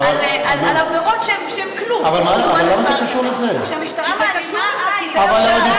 שהמשטרה מעלימה עין.